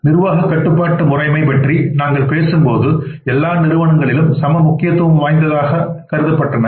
நிர்வாகக் கட்டுப்பாட்டு முறைமை பற்றி நாங்கள் பேசும்போது எல்லா நிறுவனங்களிலும் சம முக்கியத்துவம் வாய்ந்தவையாகக் கருதப்படுகின்றன